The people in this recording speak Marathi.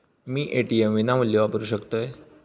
मी ए.टी.एम विनामूल्य वापरू शकतय?